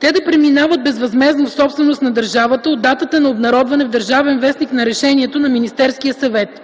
те да преминават безвъзмездно в собственост на държавата от датата на обнародване в „Държавен вестник” на решението на Министерския съвет.